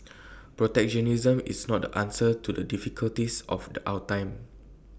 protectionism is not the answer to the difficulties of the our time